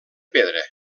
pedra